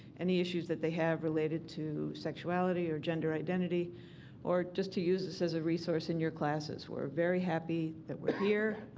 any issues that they have related to sexuality or gender identity or just to use us as a resources in your classes. we're very happy that we're here.